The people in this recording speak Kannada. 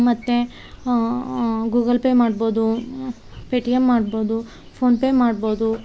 ಮತ್ತು ಗೂಗಲ್ ಪೇ ಮಾಡ್ಬೋದು ಪೆಟಿಎಂ ಮಾಡ್ಬೋದು ಫೋನ್ ಪೇ ಮಾಡ್ಬೋದು